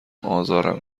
ازارم